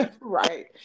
right